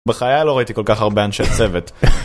בחיי לא ראיתי כל כך הרבה אנשי צוות.